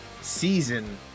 season